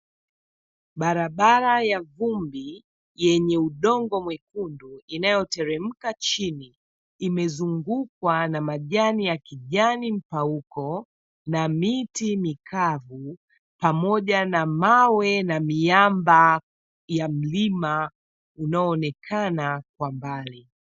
Barabara ya vumbi yenye udongo mwekundu inayoteremka chini, imezungukwa na majani ya kijani mpauko na miti mikavu, pamoja na mawe na miamba ya mlima unaoonekana kwa mbali.